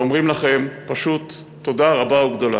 ואומרים לכם פשוט: תודה רבה וגדולה.